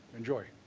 enjoy